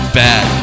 bad